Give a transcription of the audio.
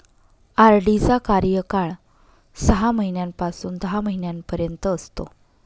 RD चा कार्यकाळ सहा महिन्यापासून दहा महिन्यांपर्यंत असतो